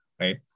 right